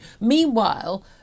Meanwhile